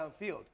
downfield